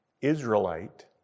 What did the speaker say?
Israelite